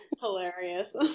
hilarious